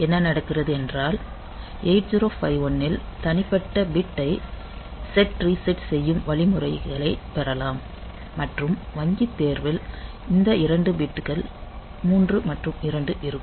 என்ன நடக்கிறது என்றால் 8051 ல் தனிப்பட்ட பிட் ஐ செட் ரீசெட் செய்யும் வழிமுறைகளைப் பெறலாம் மற்றும் வங்கித் தேர்வில் இந்த இரண்டு பிட்கள் 3 மற்றும் 2 இருக்கும்